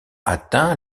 atteint